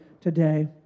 today